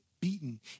beaten